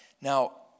Now